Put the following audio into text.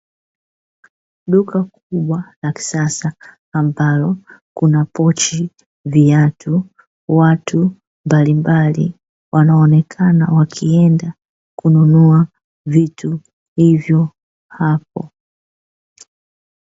Duka kubwa la kisas ambalo kuna pochi, viatu watu mbalimbali waonekana wakienda kununua vitu hivyo hapo.